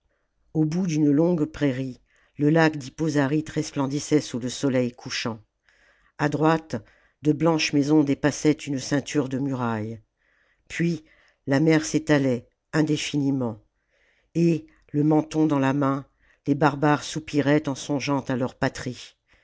au bout d'une longue prairie le lac d'hippozaryte resplendissait sous le soleil couchant a droite de blanches maisons dépassaient une ceinture de murailles puis la mer s'étalait indéfiniment et le menton dans la main les barbares soupiraient en songeant à leurs patries